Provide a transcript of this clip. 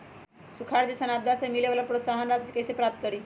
सुखार जैसन आपदा से मिले वाला प्रोत्साहन राशि कईसे प्राप्त करी?